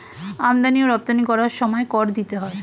আমদানি ও রপ্তানি করার সময় কর দিতে হয়